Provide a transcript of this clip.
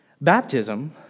Baptism